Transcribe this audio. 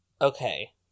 Okay